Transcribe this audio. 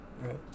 Right